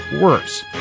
worse